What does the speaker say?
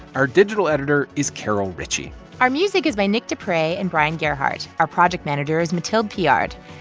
our digital editor is carol ritchie our music is by nick deprey and brian gearhart. our project manager is mathilde piard.